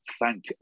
thank